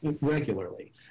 regularly